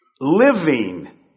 living